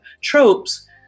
tropes